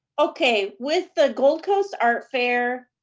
okay. with the gold coast art fair,